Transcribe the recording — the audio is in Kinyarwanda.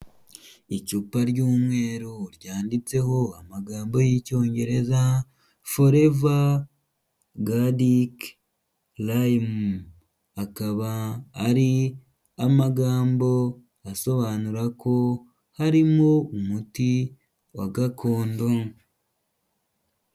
Icupa ry'umweru ryanditseho amagambo y'icyongereza, foreva garike rayimu, akaba ari amagambo asobanura ko harimo umuti wa Gakondo.